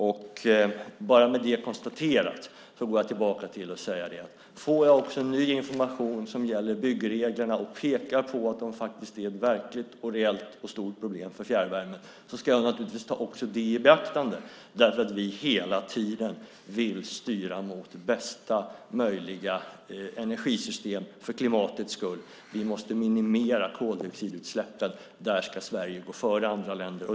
Med det konstaterat vill jag säga att om jag får ny information när det gäller byggreglerna som pekar på att de faktiskt är ett verkligt, reellt och stort problem för fjärrvärmen ska jag naturligtvis ta det i beaktande eftersom vi hela tiden vill styra mot bästa möjliga energisystem för klimatets skull. Vi måste minimera koldioxidutsläppen. Där ska Sverige gå före andra länder.